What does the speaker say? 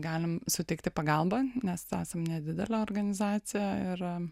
galim suteikti pagalbą nes esame nedidelė organizacija ir